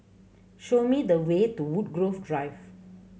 show me the way to Woodgrove Drive